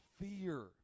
fear